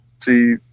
see